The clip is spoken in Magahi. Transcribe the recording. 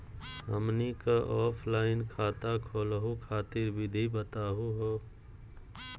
हमनी क ऑफलाइन खाता खोलहु खातिर विधि बताहु हो?